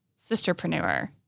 sisterpreneur